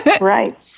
Right